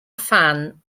phan